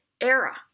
era